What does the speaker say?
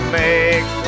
make